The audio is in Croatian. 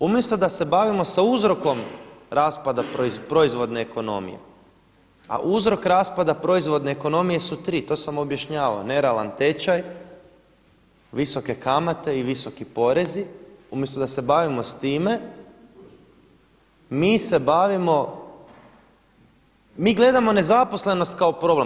Umjesto da se bavimo sa uzrokom rasprava proizvodne ekonomije, a uzrok rasprava proizvodne ekonomije su tri to sam objašnjavao, nerealan tečaj, visoke kamate i visoki porezi umjesto da se bavimo s time mi se bavimo, mi gledamo nezaposlenost kao problem.